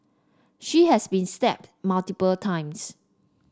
she has been stabbed multiple times